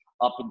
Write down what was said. up